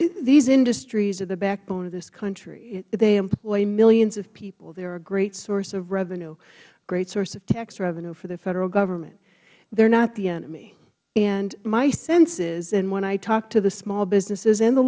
industries are the backbone of this country they employ millions of people they are a great source of revenue great source of tax revenue for the federal government they are not the enemy and my sense is and when i talk to the small businesses and the